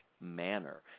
manner